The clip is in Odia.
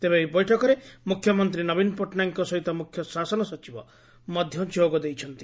ତେବେ ଏହି ବୈଠକରେ ମୁଖ୍ୟମନ୍ତୀ ନବୀନ ପଟ୍ଟନାୟକଙ୍କ ସହିତ ମୁଖ୍ୟ ଶାସନ ସଚିବ ମଧ ଯୋଗ ଦେଇଛନ୍ତି